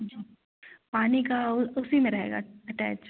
जी पानी का उ उसी में रहेगा अटैच